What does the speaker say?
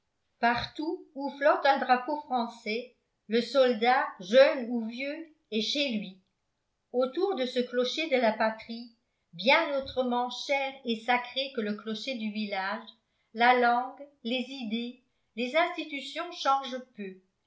partout où flotte un drapeau français le soldat jeune ou vieux est chez lui autour de ce clocher de la patrie bien autrement cher et sacré que le clocher du village la langue les idées les institutions changent peu